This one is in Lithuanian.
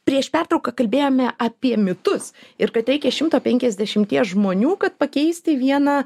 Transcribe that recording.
prieš pertrauką kalbėjome apie mitus ir kad reikia šimto penkiasdešimties žmonių kad pakeisti vieną